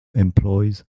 employs